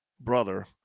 brother